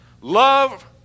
love